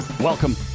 Welcome